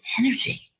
energy